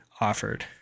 offered